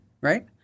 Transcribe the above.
right